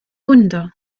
wunder